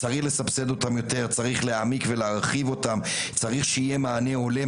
צריך לסבסד אותם יותר ולהעמיק ולהרחיב אותם ושיהיה מענה הולם.